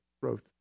growth